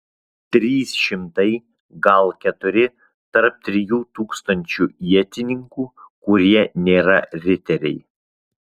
trys šimtai gal keturi tarp trijų tūkstančių ietininkų kurie nėra riteriai